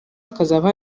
hakazaba